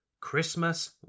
Christmas